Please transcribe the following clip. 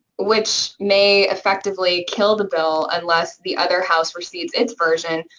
which may effectively kill the bill unless the other house recedes its version.